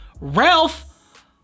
Ralph